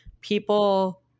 people